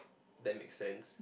that makes sense